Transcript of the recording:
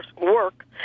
work